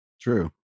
true